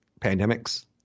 pandemics